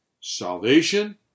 salvation